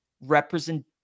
represent